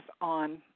on